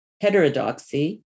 heterodoxy